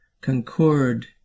concord